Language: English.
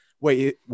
Wait